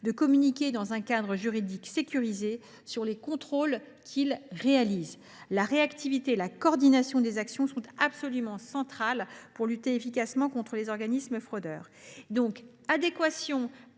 communiquer dans un cadre juridique sécurisé sur les contrôles qu’ils réalisent. La réactivité et la coordination des actions sont absolument centrales pour lutter efficacement contre les organismes fraudeurs.